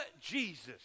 Jesus